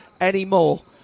anymore